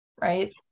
right